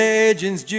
Legends